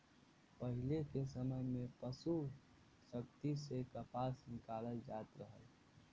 पहिले के समय में पसु शक्ति से कपास निकालल जात रहल